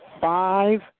five